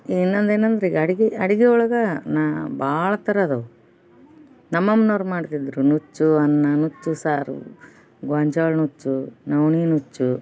ಇನ್ನೊಂದು ಏನಂದ್ರೆ ಈಗ ಅಡ್ಗೆ ಅಡ್ಗೆ ಒಳಗೆ ನಾ ಭಾಳ ಥರ ಅದಾವೆ ನಮ್ಮ ಅಮ್ನವ್ರು ಮಾಡ್ತಿದ್ದರು ನುಚ್ಚು ಅನ್ನ ನುಚ್ಚು ಸಾರು ಗೋವಿನ ಜ್ವಾಳ ನುಚ್ಚು ನವ್ಣೆ ನುಚ್ಚು